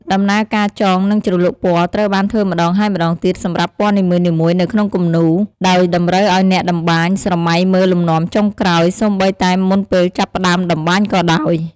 ដំណើរការចង និងជ្រលក់ពណ៌ត្រូវបានធ្វើម្តងហើយម្តងទៀតសម្រាប់ពណ៌នីមួយៗនៅក្នុងគំនូរ ដោយតម្រូវឱ្យអ្នកតម្បាញស្រមៃមើលលំនាំចុងក្រោយសូម្បីតែមុនពេលចាប់ផ្តើមតម្បាញក៏ដោយ។